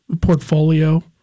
portfolio